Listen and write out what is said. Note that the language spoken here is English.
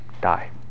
Die